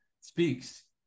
speaks